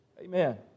Amen